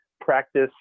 practice